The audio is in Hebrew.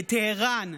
בטהראן,